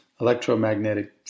electromagnetic